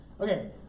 okay